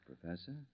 Professor